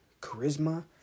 charisma